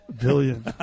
Billion